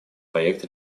проект